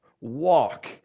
walk